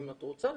אם את רוצה,